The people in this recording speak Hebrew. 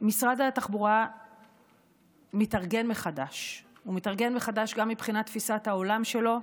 משרד התחבורה מתארגן מחדש גם מבחינת תפיסת העולם שלו,